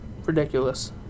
ridiculous